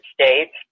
States